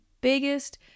biggest